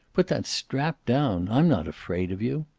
put that strap down. i'm not afraid of you.